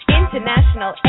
international